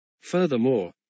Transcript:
Furthermore